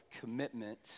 commitment